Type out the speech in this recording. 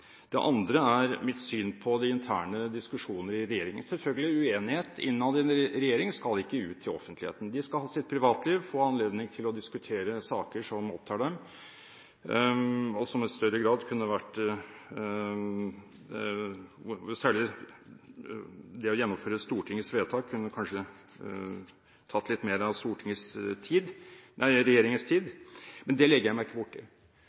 Det andre er mitt syn på de interne diskusjonene i regjeringen. Uenighet innad i en regjering skal selvfølgelig ikke ut i offentligheten. De skal ha sitt privatliv og få anledning til å diskutere saker som opptar dem. Det å gjennomføre Stortingets vedtak kunne kanskje tatt litt mer av regjeringens tid. Det legger jeg meg ikke bort